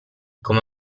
come